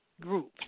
Group